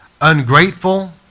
Ungrateful